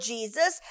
Jesus